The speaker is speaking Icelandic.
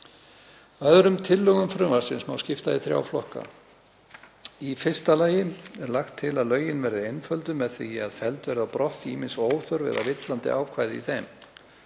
Öðrum tillögum frumvarpsins má skipta í þrjá flokka. Í fyrsta lagi er lagt til að lögin verði einfölduð með því að felld verði á brott ýmis óþörf eða villandi ákvæði í þeim.